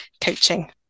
coaching